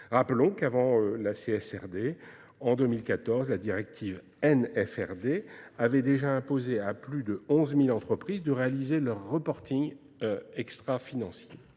rappelons qu'avant la CSRD, en 2014, la directive NFRD avait déjà imposé à plus de 11 000 entreprises de réaliser leur reporting extra financier.